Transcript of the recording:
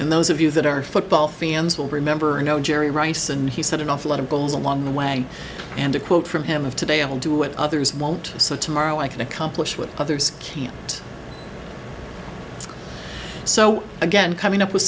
and those of you that are football fans will remember and know jerry rice and he said an awful lot of bulls along the way and a quote from him of today i will do what others won't so tomorrow i can accomplish what others can't so again coming up with